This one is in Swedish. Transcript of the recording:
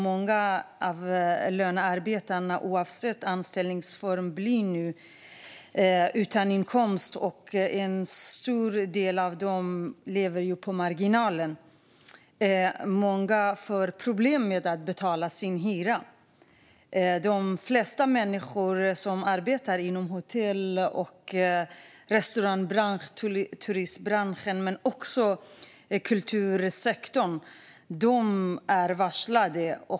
Många av lönearbetarna, oavsett anställningsform, blir nu utan inkomst. En stor del av dem lever på marginalen och får problem med att betala sin hyra. De flesta människor som arbetar inom hotell-, restaurang och turistbranschen men också inom kultursektorn är varslade.